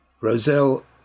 Roselle